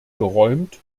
geräumt